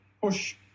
push